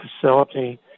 facility